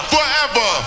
Forever